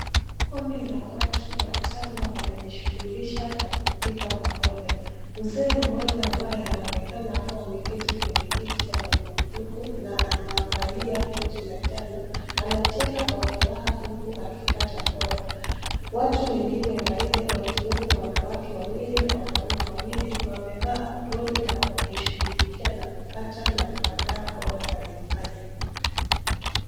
Kundi la watu watano wanajishughulisha na kupika pamoja. Mzee mmoja ambaye anaonekana kuwa ameketi kwenye kiti cha magurudumu na anavalia koti la njano anacheka kwa furaha huku akikata mboga. Watu wengine wanne wakiwemo wanawake wawili na wanaume wawili wamevaa aproni na wakishughulikia na kukata na kuandaa mboga mbalimbali.